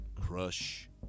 Crush